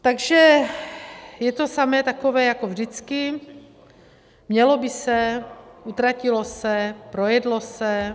Takže je to samé takové jako vždycky mělo by se, utratilo se, projedlo se.